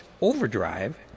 Overdrive